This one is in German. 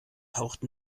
taucht